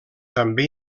també